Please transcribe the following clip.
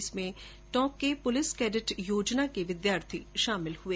इसमें टोंक के police cadet योजना के विद्यार्थी शामिल हुए